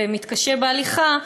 ומתקשה בהליכה,